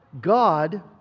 God